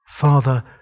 Father